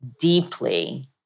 deeply